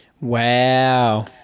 Wow